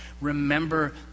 Remember